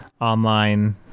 online